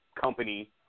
company